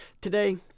today